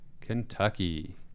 Kentucky